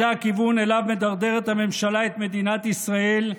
זה הכיוון שאליו מדרדרת הממשלה את מדינת ישראל,